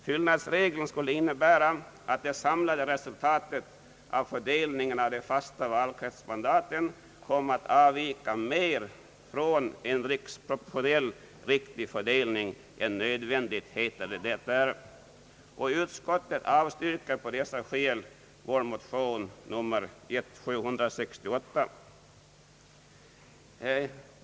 Fyllnadsregeln skulle innebära, att det samlade resultatet av fördelningen av de fasta valkretsmandaten kom att avvika mer från en riksproportionellt riktig fördelning än nödvändigt, heter det. Utskottet avstyrker på dessa skäl vår motion I: 768.